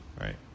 Right